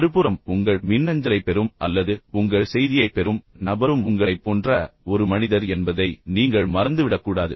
மறுபுறம் உங்கள் மின்னஞ்சலைப் பெறும் அல்லது உங்கள் செய்தியைப் பெறும் நபரும் உங்களைப் போன்ற ஒரு மனிதர் என்பதை நீங்கள் மறந்துவிடக் கூடாது